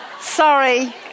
Sorry